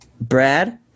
Brad